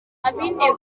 ababineguye